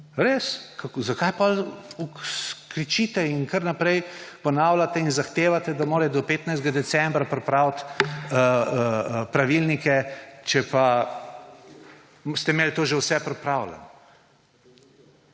Res? Zakaj potem kričite in kar naprej ponavljate in zahtevate, da morajo do 15. decembra pripraviti pravilnike, če pa ste imeli to že vse pripravljeno?